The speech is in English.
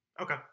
Okay